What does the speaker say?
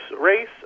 race